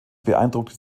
beeindruckte